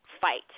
fight